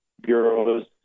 bureaus